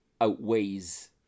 outweighs